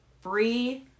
free